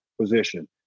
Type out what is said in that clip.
position